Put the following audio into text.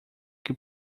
que